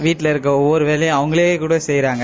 வீட்ல இருக்கிற ஒவ்வொரு வேலையும் அவங்களேகூட செய்யறாங்க